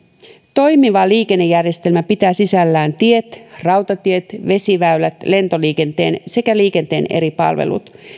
toimiva liikennejärjestelmä pitää sisällään tiet rautatiet vesiväylät lentoliikenteen sekä liikenteen eri palvelut